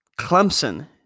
Clemson